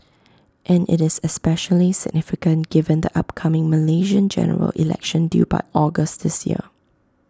and IT is especially significant given the upcoming Malaysian General Election due by August this year